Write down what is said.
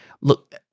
Look